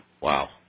Wow